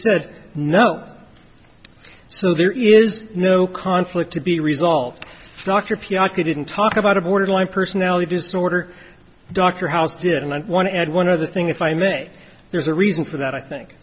said no so there is no conflict to be resolved dr p i couldn't talk about a borderline personality disorder dr house did and i want to add one other thing if i may there's a reason for that i think